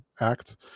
act